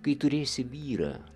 kai turėsi vyrą